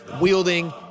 wielding